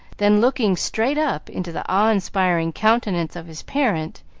then looking straight up into the awe-inspiring countenance of his parent,